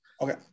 Okay